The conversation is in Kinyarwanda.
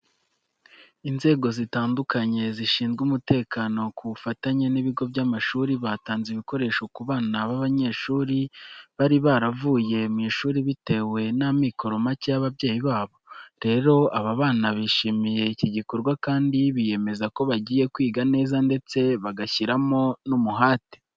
Inzego zitandukanye zishinzwe umutekano ku bufatanye n'ibigo by'amashuri batanze ibikoresho ku bana b'abanyeshuri bari baravuye mu ishuri bitewe n'amikoro make y'ababyeyi babo. Rero aba bana bishimiye iki gikorwa kandi biyemeza ko bagiye kwiga neza ndetse bagashyiramo n'umuhate.